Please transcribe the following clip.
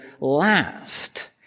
last